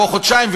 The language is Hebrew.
פה חודשיים,